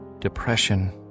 depression